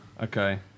Okay